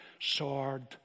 sword